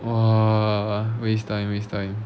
!wah! waste time waste time